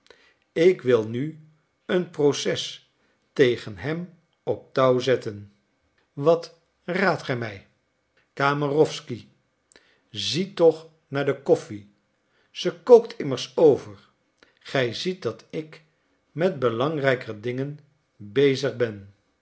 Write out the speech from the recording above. ik wil nu een proces tegen hem op touw zetten wat raadt ge mij kamerowsky zie toch naar de koffie ze kookt immers over gij ziet dat ik met belangrijker dingen bezig ben